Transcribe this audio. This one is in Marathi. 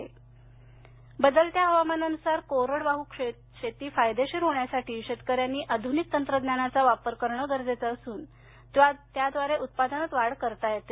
कोरडवाह शेती बदलत्या हवामानानुसार कोरडवाहू शेती फायदेशीर होण्यासाठी शेतकऱ्यांना आधुनिक तंत्रज्ञानाचा वापर करणे गरजेचे असून त्याद्वारे उत्पादनात वाढ करता येते